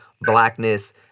blackness